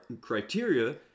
criteria